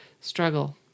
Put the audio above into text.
struggle